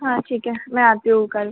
हाँ ठीक है मैं आती हूँ कल